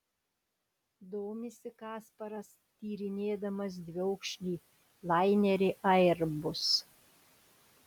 domisi kasparas tyrinėdamas dviaukštį lainerį airbus